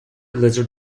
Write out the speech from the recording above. lizard